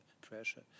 pressure